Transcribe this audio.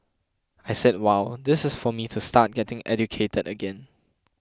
I said wow this is for me to start getting educated again